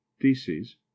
theses